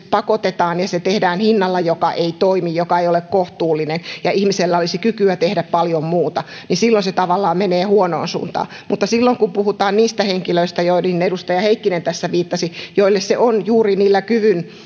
pakotetaan ja se tehdään hinnalla joka ei toimi joka ei ole kohtuullinen ja ihmisellä olisi kykyä tehdä paljon muuta niin se tavallaan menee huonoon suuntaan mutta silloin kun puhutaan niistä henkilöistä joihin edustaja heikkinen tässä viittasi joille se on juuri niillä kyvyn